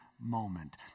moment